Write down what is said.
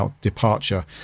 departure